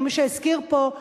או מי שהזכיר פה,